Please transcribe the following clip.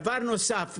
דבר נוסף,